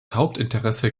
hauptinteresse